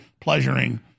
pleasuring